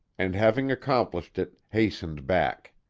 and having accomplished it, hastened back.